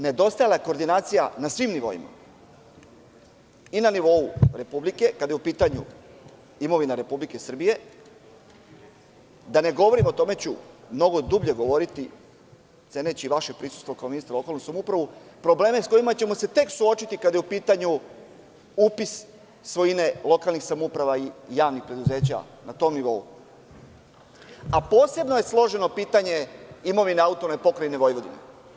Nedostajala je koordinacija na svim nivoima, i na nivou Republike, kada je u pitanju imovina Republike Srbije, da ne govorim o, o tome ću mnogo dublje govoriti, ceneći i vaše prisustvo kao ministra za lokalnu samoupravu, problemima sa kojima ćemo se tek suočiti kada je u pitanju upis svojine lokalnih samouprava i javnih preduzeća na tom nivou, a posebno je složeno pitanje imovine AP Vojvodine.